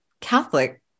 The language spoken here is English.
Catholic